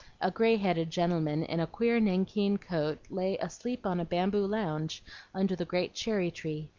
a gray-headed gentleman in a queer nankeen coat lay asleep on a bamboo lounge under the great cherry-tree,